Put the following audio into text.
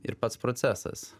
ir pats procesas